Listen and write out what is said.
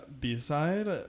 B-side